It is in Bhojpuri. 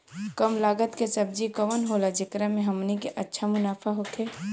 कम लागत के सब्जी कवन होला जेकरा में हमनी के अच्छा मुनाफा होखे?